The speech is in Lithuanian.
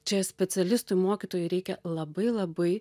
čia specialistui mokytojui reikia labai labai